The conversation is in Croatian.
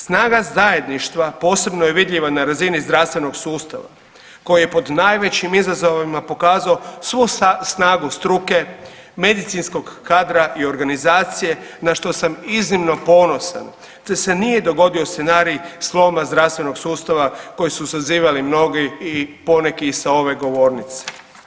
Snaga zajedništva posebno je vidljiva na razini zdravstvenog sustava koji je pod najvećim izazovima pokazao svu snagu struke, medicinskog kadra i organizacije na što sam iznimno ponosan, te se nije dogodio scenarij sloma zdravstvenog sustava koji su zazivali mnogi i poneki i sa ove govornice.